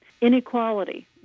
Inequality